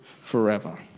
forever